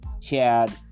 chad